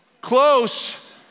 close